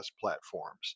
platforms